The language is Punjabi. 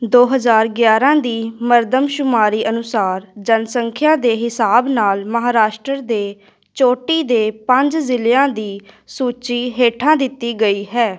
ਦੋ ਹਜ਼ਾਰ ਗਿਆਰ੍ਹਾਂ ਦੀ ਮਰਦਮਸ਼ੁਮਾਰੀ ਅਨੁਸਾਰ ਜਨਸੰਖਿਆ ਦੇ ਹਿਸਾਬ ਨਾਲ ਮਹਾਰਾਸ਼ਟਰ ਦੇ ਚੋਟੀ ਦੇ ਪੰਜ ਜ਼ਿਲ੍ਹਿਆਂ ਦੀ ਸੂਚੀ ਹੇਠਾਂ ਦਿੱਤੀ ਗਈ ਹੈ